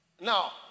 Now